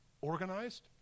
organized